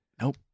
Nope